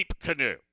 canoe